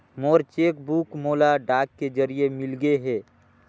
मोर cheque book मोला डाक के जरिए मिलगे हे